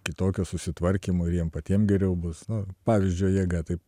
kitokio susitvarkymo ir jiem patiem geriau bus no pavyzdžio jėga taip